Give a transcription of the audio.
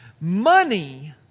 money